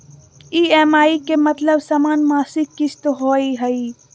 EMI के मतलब समान मासिक किस्त होहई?